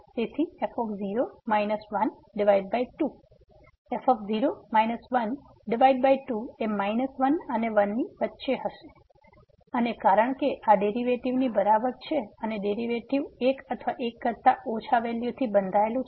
તેથી f 0 12 f 1 ભાગ્યા 2 એ 1 અને 1 ની વચ્ચે રહેશે અને કારણકે આ ડેરિવેટિવ ની બરાબર છે અને ડેરિવેટિવ એક અથવા એક કરતા ઓછા વેલ્યુ થી બંધાયેલું છે